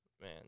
Man